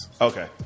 Okay